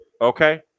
Okay